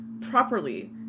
properly